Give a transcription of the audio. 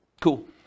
cool